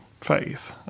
faith